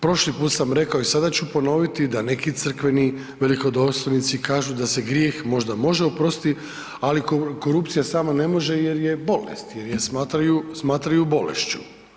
Prošli put sam rekao i sada ću ponoviti da neki crkveni velikodostojnici kažu da se grijeh možda može oprostiti, ali korupcija sama ne može jer je bolest jer je smatraju bolešću.